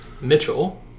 Mitchell